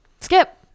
Skip